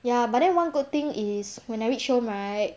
ya but then one good thing is when I reach home right